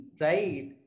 Right